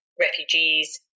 refugees